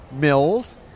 Mills